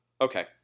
okay